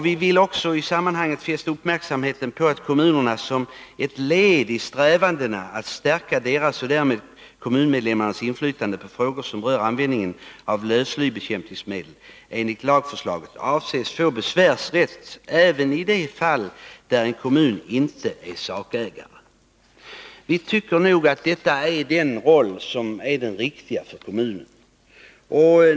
Vi vill också i sammanhanget fästa uppmärksamheten på att kommunerna som ett led i strävandena att stärka deras och därmed kommunmedlemmarnas inflytande på frågor som rör användningen av lövslybekämpningsmedel enligt lagför 173 slaget avses få besvärsrätt även i de fall där en kommun inte är sakägare. Vi tycker att detta är den riktiga rollen för kommunen.